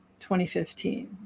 2015